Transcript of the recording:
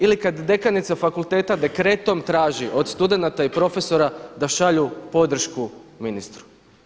Ili kada dekanica fakulteta dekreta traži od studenata i profesora da šalju podršku ministru.